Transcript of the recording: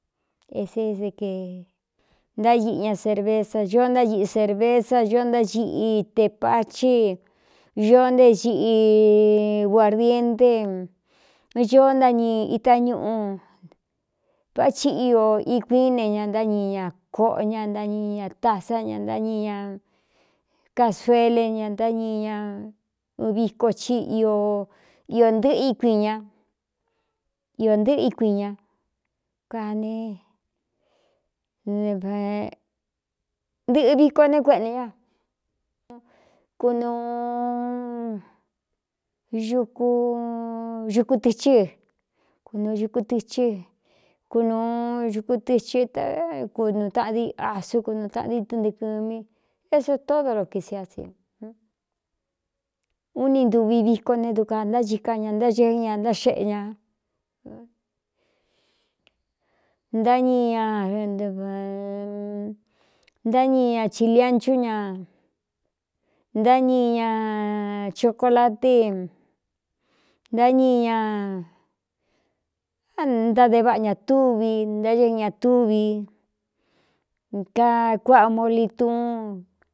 Esé ntáiꞌi ña serveza ñoó ntáiꞌi sērvesa ño ntáiꞌi tepachi ñoó nté xiꞌi guārdiente ñoó náñi itá ñuꞌu vá chi iō ikui ine ña ntáñi ña koꞌo ñá ntáñi ña tasá ña ntáñi ña casuele ña ntáñi ña viko ci o iō ntɨ́ꞌɨ íkuin ña iō ntɨ́ꞌɨ íkuin ña nentɨꞌɨ viko ne kueꞌne ña kunūu ukuukutɨchɨ kunūu ukutɨchɨ kunūu ukutɨhɨ kunutaꞌadi asu kunu taꞌandi tuntii kɨmi é so tódo lo kisi á si uni ntuvi viko ne duka ntáchika ña ntáɨɨ ña ntáxeꞌe ña ntáñi ñ ntáñi ña chilianchú ña ntáñi ña chocolate ntáñi ñantáde váꞌa ñā túvi ntáɨɨn ñā túvi kakuaꞌ moli tuún.